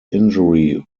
injury